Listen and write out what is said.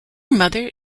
mother